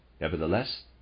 Nevertheless